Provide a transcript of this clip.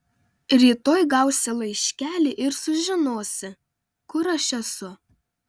rytoj gausi laiškelį ir sužinosi kur aš esu